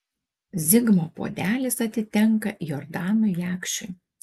zigmo puodelis atitenka jordanui jakšiui